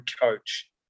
coach